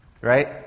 right